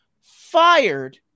fired